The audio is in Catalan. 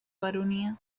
baronia